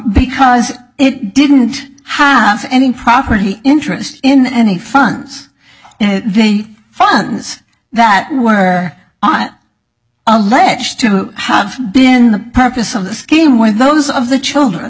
because it didn't have any properly interest in any funds the funds that were on alleged to have been the purpose of the scheme with those of the children